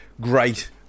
great